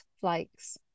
flakes